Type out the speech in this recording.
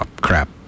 crap